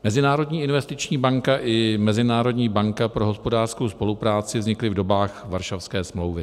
Mezinárodní investiční banka i Mezinárodní banka pro hospodářskou spolupráci vznikly v dobách Varšavské smlouvy.